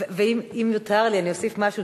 ואם יותר לי אני אוסיף משהו,